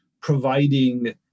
providing